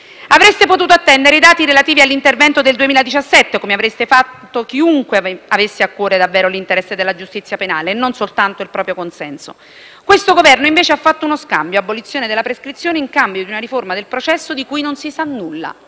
Avreste potuto attendere i dati relativi all'intervento del 2017, come avrebbe fatto chiunque avesse a cuore davvero l'interesse della giustizia penale e non soltanto il proprio consenso. Questo Governo, invece, ha fatto uno scambio: abolizione della prescrizione in cambio di una riforma del processo di cui non si sa nulla,